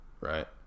right